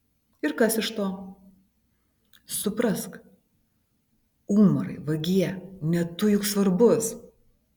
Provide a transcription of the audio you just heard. ir kas iš to suprask umarai vagie ne tu juk svarbus